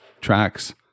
tracks